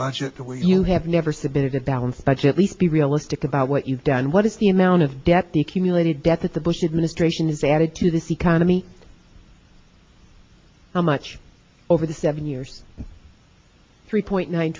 budget where you have never submitted a balanced budget least be realistic about what you've done what is the amount of debt the accumulated debt that the bushes ministre it has added to this economy so much over the seven years three point nine